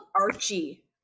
Archie